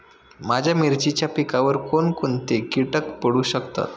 माझ्या मिरचीच्या पिकावर कोण कोणते कीटक पडू शकतात?